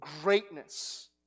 greatness